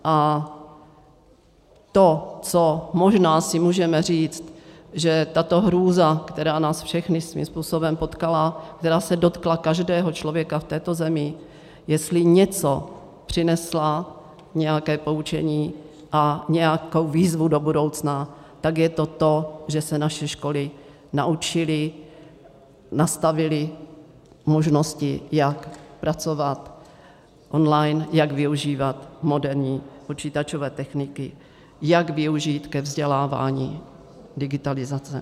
A to, co možná si můžeme říct, že tato hrůza, která nás všechny svým způsobem potkala, která se dotkla každého člověka v této zemi, jestli něco přinesla, nějaké poučení a nějakou výzvu do budoucna, tak je to to, že se naše školy naučily, nastavily možnosti, jak pracovat online, jak využívat moderní počítačové techniky, jak využít ke vzdělávání digitalizaci.